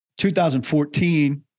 2014